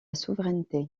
souveraineté